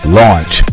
launch